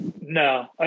no